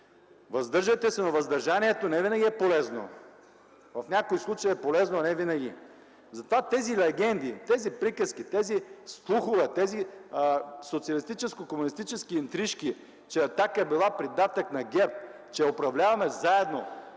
въздържайте се, но въздържанието не винаги е полезно. В някои случаи е полезно, но не винаги! Затова тези легенди, тези приказки, тези слухове, тези социалистическо-комунистически интрижки, че „Атака” била придатък на ГЕРБ, че управляваме заедно